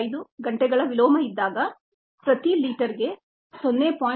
5 ಗಂಟೆಗಳ ವಿಲೋಮ ಇದ್ದಾಗ ಪ್ರತಿ ಲೀಟರ್ಗೆ 0